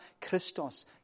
Christos